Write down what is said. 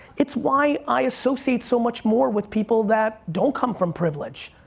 it's why i associate so much more with people that don't come from privilege.